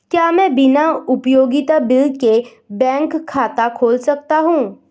क्या मैं बिना उपयोगिता बिल के बैंक खाता खोल सकता हूँ?